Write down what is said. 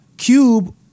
Cube